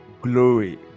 Glory